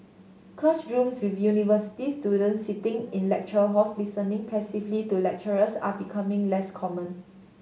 classrooms with university students sitting in lecture halls listening passively to lecturers are becoming less common